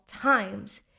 Times